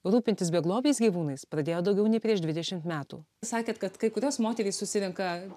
rūpintis beglobiais gyvūnais pradėjo daugiau nei prieš dvidešimt metų sakėt kad kai kurios moterys susirenka